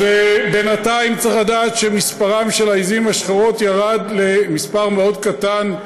אז בינתיים צריך לדעת שמספרן של העיזים השחורות ירד למספר מאוד קטן,